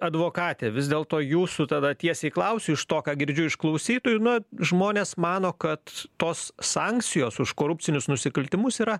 advokate vis dėlto jūsų tada tiesiai klausiu iš to ką girdžiu iš klausytojų na žmonės mano kad tos sankcijos už korupcinius nusikaltimus yra